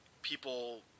people